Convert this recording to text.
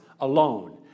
alone